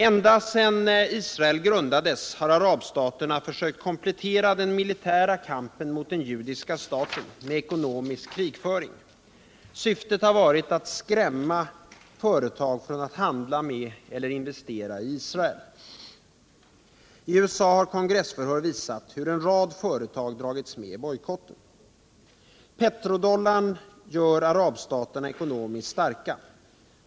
Ända sedan Israel grundades har arabstaterna försökt komplettera den militära kampen mot den judiska staten med ekonomisk krigföring. Syftet har varit att skrämma företag från att handla med eller investera i Israel. I USA har kongressförhör visat hur en rad företag dragits med i bojkotten. Petrodollarn gör arabstaterna ekonomiskt starka.